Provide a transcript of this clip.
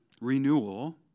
renewal